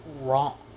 wrong